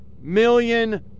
million